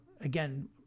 again